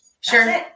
Sure